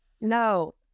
no